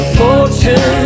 fortune